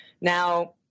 Now